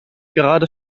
gerade